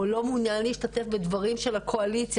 או לא מעוניין להשתתף בדברים של הקואליציה,